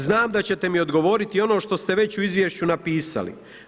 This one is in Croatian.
Znam da ćete mi odgovoriti ono što ste već u izvješću napisali.